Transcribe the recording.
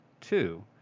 two